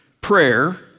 prayer